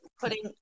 putting